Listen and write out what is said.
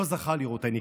לא זכה לראותני כאן.